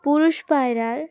পুরুষ পায়রার